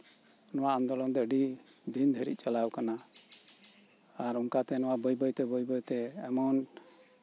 ᱱᱚᱶᱟ ᱟᱱᱫᱳᱞᱚᱱ ᱫᱚ ᱟᱹᱰᱤ ᱫᱤᱱ ᱫᱷᱟᱹᱨᱤᱡ ᱪᱟᱞᱟᱣ ᱟᱠᱟᱱᱟ ᱟᱨ ᱚᱱᱠᱟᱛᱮ ᱱᱚᱶᱟ ᱵᱟᱹᱭ ᱵᱟᱹᱭᱛᱮ ᱵᱟᱹᱭ ᱵᱟᱹᱭᱛᱮ ᱮᱢᱚᱱ